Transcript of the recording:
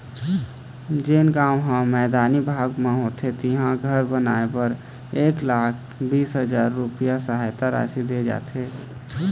जेन गाँव ह मैदानी भाग म होथे तिहां घर बनाए बर एक लाख बीस हजार रूपिया सहायता राशि दे जाथे